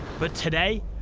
but today,